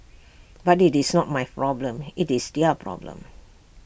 but IT is not my problem IT is their problem